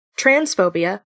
Transphobia